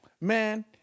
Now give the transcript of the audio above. man